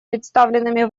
представленными